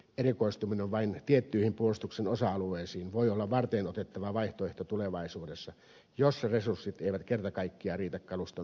erikoistuminen vain tiettyihin puolustuksen osa alueisiin voi olla varteenotettava vaihtoehto tulevaisuudessa jos resurssit eivät kerta kaikkiaan riitä kaluston uusimiseen